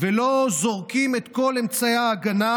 לא זורקים את כל אמצעי ההגנה,